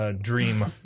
dream